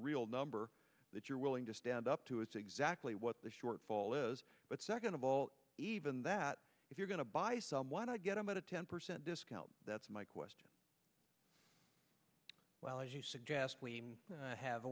real number that you're willing to stand up to is exactly what the shortfall is but second of all even that if you're going to buy some why don't get about a ten percent discount that's my question well as you suggest we have